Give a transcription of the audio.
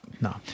no